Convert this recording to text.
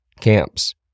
camps